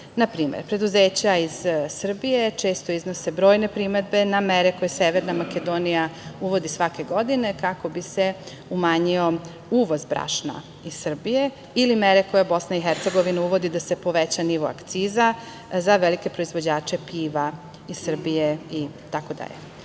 Na primer, preduzeća iz Srbije često iznose brojne primedbe na mere koje Severna Makedonija uvodi svake godine kako bi se umanjio uvoz brašna iz Srbije ili mere koje Bosna i Hercegovina uvodi da se poveća nivo akciza za velike proizvođače piva iz Srbije itd. Da